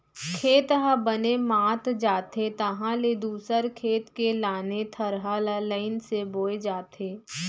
खेत ह बने मात जाथे तहाँ ले दूसर खेत के लाने थरहा ल लईन से बोए जाथे